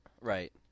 Right